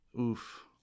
oof